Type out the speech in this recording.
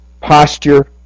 posture